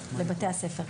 לבתי הספר כאן.